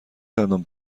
دندان